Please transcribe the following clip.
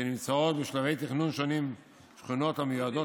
נמצאות בשלבי תכנון ראשונים שכונות המיועדות